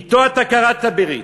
אתו אתה כרתת ברית.